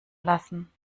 lassen